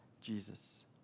Jesus